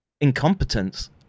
incompetence